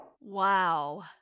Wow